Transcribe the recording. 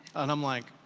and i'm like,